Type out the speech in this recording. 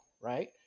Right